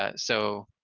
ah so,